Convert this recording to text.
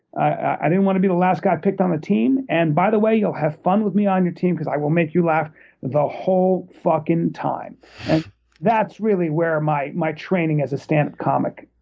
i didn't want to be the last guy picked on the team, and by the way, you'll have fun with me on your team because i will make you laugh the whole fucking time. and that's really where my my training as a standup comic